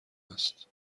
است